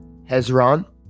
Hezron